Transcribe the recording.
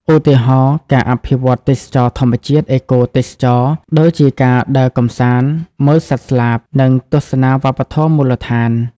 ឧទាហរណ៍ ការអភិវឌ្ឍទេសចរណ៍ធម្មជាតិ អេកូទេសចរណ៍ ដូចជាការដើរកម្សាន្ត មើលសត្វស្លាប និងទស្សនាវប្បធម៌មូលដ្ឋាន។